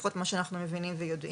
לפחות ממה שאנחנו מבינים ויודעים.